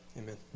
amen